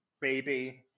baby